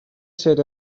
ser